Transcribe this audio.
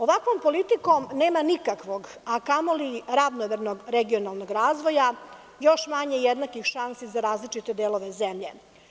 Ovakvom politikom nema nikakvog, a kamoli ravnomernog regionalnog razvoja, još manje jednakih šansi za različite delove zemlje.